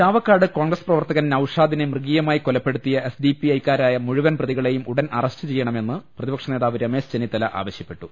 ചാവക്കാട് കോൺഗ്രസ് പ്രവർത്തകൻ നൌഷാദിനെ മൃഗീയ മായി കൊലപ്പെടുത്തിയ എസ് ഡി പി ഐക്കാരായ മുഴുവൻ പ്രതികളെയും ഉടൻ അറസ്റ്റു ചെയ്യണമെന്ന് പ്രതിപക്ഷ നേതാവ് രമേശ് ചെന്നിത്തല ആവശ്യപ്പെട്ടു